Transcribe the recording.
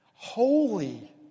Holy